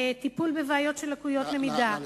טיפול בבעיות של לקויות למידה, נא לסיים.